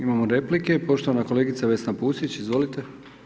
Imamo replike, poštovana kolegica Vesna Pusić, izvolite.